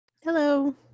Hello